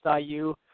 IU